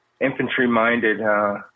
infantry-minded